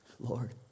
Lord